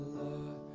love